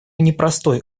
непростой